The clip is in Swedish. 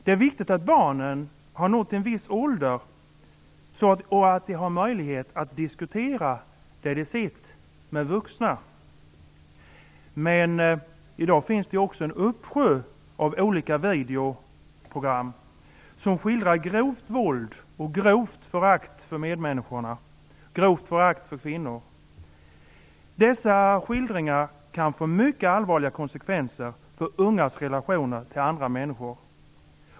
Det är viktigt att barnen har nått en viss ålder och att de har möjlighet att diskutera det som de har sett med vuxna. I dag finns det emellertid en uppsjö av olika videogram som skildrar grovt våld och grovt förakt för kvinnorna, grovt förakt för medmänniskorna. Dessa skildringar kan få mycket allvarliga konsekvenser för ungas relationer till andra människor.